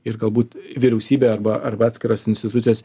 ir galbūt vyriausybė arba arba atskiros institucijos